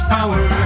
Power